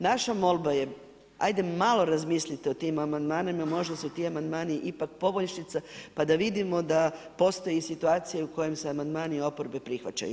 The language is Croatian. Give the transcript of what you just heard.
Naša molba je, ajde malo razmislite o tim amandmanima, možda su ti amandmani ipak poboljšica pa da vidimo da postoji situacija u kojima se amandmani oporbe prihvaćaju.